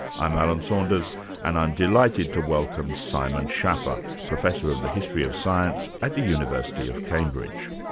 i'm alan saunders and i'm delighted to welcome simon schaffer, professor of the history of science at the university of cambridge.